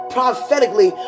Prophetically